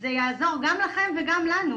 - זה יעזור גם לכם וגם לנו.